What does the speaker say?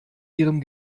ihrem